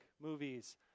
movies